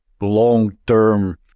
long-term